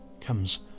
comes